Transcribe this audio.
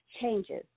changes